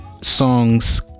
songs